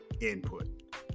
input